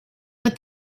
but